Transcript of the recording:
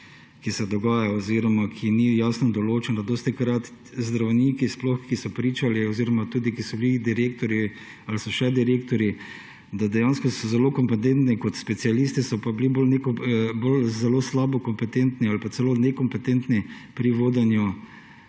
je tudi problem, ki ni jasno določen. Dostikrat zdravniki, ki so pričali oziroma so bili direktorji ali so še direktorji, so zelo kompetentni kot specialisti, so pa bili zelo slabo kompetentni ali pa celo nekompetentni pri vodenju